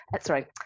Sorry